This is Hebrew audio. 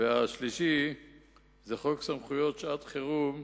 וחוק סמכויות שעת-חירום,